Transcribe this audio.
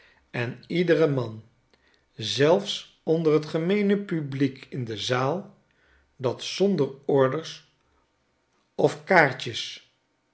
en ieder man zelfs onder het gemengd publiek in de zaal dat zonder orders of kaartjes